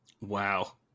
Wow